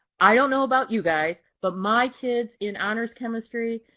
i don't know about you guys, but my kids in honors chemistry,